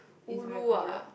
it's very crowded